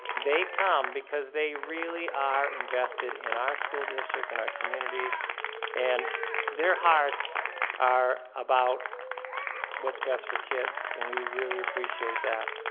they come because they really are invested in our school district in our community and their hearts are about what's best for kids and we really appreciate that.